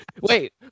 Wait